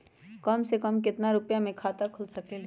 कम से कम केतना रुपया में खाता खुल सकेली?